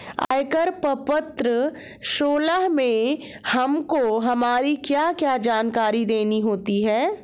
आयकर प्रपत्र सोलह में हमको हमारी क्या क्या जानकारी देनी होती है?